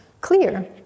clear